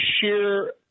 sheer